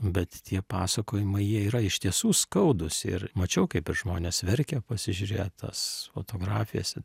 bet tie pasakojimai jie yra iš tiesų skaudūs ir mačiau kaip ir žmonės verkia pasižiūrėję tas fotografijas